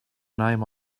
name